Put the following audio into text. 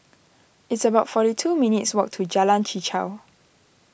it's about forty two minutes' walk to Jalan Chichau